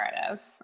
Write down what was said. narrative